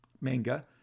manga